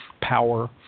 power